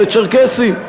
ולצ'רקסים.